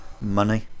money